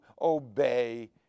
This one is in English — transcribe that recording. obey